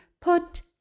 Put